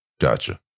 Gotcha